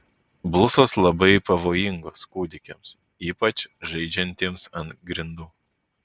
blusos labai pavojingos kūdikiams ypač žaidžiantiems ant grindų